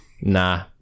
Nah